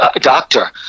doctor